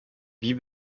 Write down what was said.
wie